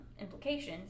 implications